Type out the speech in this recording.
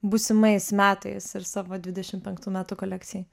būsimais metais ir savo dvidešimt penktų metų kolekcijai